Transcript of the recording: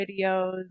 videos